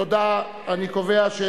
תודה רבה.